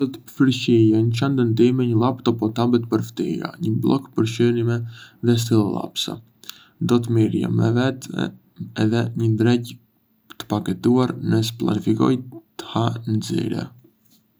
Do të përfshija në çantën time një laptop o tablet për fëtiga, një bllok për shënime, dhe stilolapsa. Do të merrja me vete edhe një drekë të paketuar nëse planifikoj të ha në zyrë.